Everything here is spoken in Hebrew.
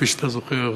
כפי שאתה זוכר,